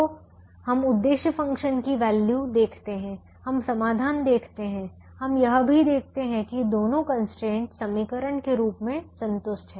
तो हम उद्देश्य फ़ंक्शन की वैल्यू देखते हैं हम समाधान देखते हैं हम यह भी देखते हैं कि दोनों कंस्ट्रेंट समीकरण के रूप में संतुष्ट हैं